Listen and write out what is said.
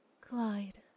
Clyde